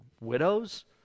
widows